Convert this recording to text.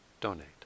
donate